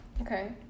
Okay